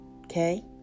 okay